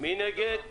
מי נגד?